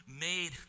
made